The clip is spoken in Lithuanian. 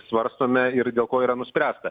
svarstome ir dėl ko yra nuspręsta